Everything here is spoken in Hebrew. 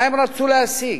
מה הם רצו להשיג,